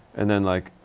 and then like,